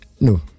No